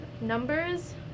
numbers